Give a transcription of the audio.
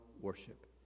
worship